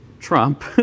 Trump